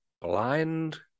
blind